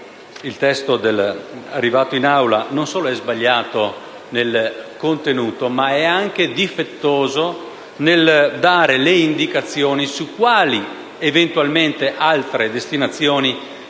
Il testo arrivato in Aula, quindi, non solo è sbagliato nel contenuto, ma è anche difettoso nel dare indicazioni su quali eventuali altre destinazioni possano